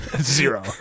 zero